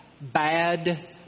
bad